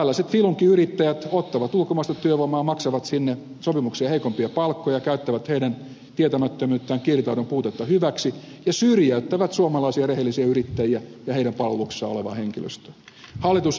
tällaiset filunkiyrittäjät ottavat ulkomaista työvoimaa maksavat sinne sopimuksia heikompia palkkoja käyttävät heidän tietämättömyyttään kielitaidon puutetta hyväksi ja syrjäyttävät suomalaisia rehellisiä yrittäjiä ja heidän palveluksessaan olevaa henkilöstöä